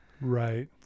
Right